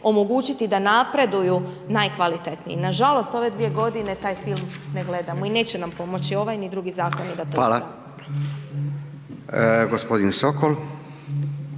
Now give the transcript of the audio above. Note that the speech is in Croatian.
omogućiti da napreduju najkvalitetniji. Nažalost ove dvije godine taj film ne gledamo i neće nam pomoći ovaj ni drugi zakoni da to ispravimo.